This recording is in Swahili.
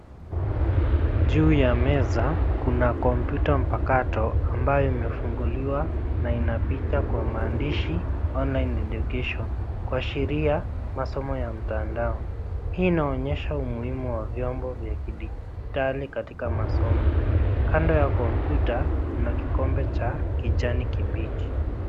Juu ya meza, kuna kompyuta mpakato ambayo imefunguliwa na inapita kwa maandishi, online education kuasiria masomo ya mtandao, hii inaonyesha umuhimu wa vyombo vya kidijitali katika masomo. Kando ya kompyuta kuna kikombe cha kijani kibichi.